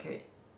K